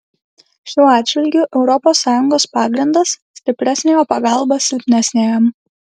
šiuo atžvilgiu europos sąjungos pagrindas stipresniojo pagalba silpnesniajam